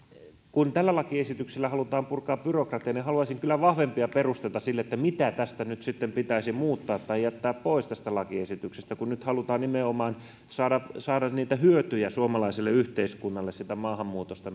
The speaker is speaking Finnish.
tällä lakiesityksellä halutaan purkaa byrokratiaa joten haluaisin kyllä vahvempia perusteita sille että mitä tästä lakiesityksestä nyt sitten pitäisi muuttaa tai jättää pois tästä kun nyt halutaan nimenomaan saada saada niitä hyötyjä suomalaiselle yhteiskunnalle siitä maahanmuutosta